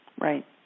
Right